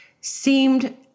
seemed